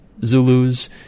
Zulus